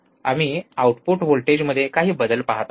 आम्ही आउटपुट व्होल्टेजमध्ये काही बदल पाहत आहोत